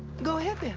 go ahead then.